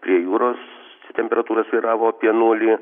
prie jūros temperatūra svyravo apie nulį